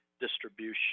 distribution